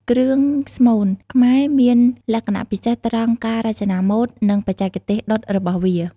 គ្រឿងស្មូន ខ្មែរមានលក្ខណៈពិសេសត្រង់ការរចនាម៉ូដ និងបច្ចេកទេសដុតរបស់វា។